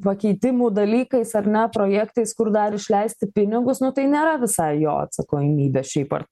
pakeitimų dalykais ar ne projektais kur dar išleisti pinigus nu tai nėra visai jo atsakomybė šiaip ar